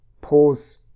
pause